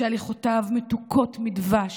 שהליכותיו מתוקות מדבש,